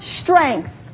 strength